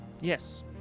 Yes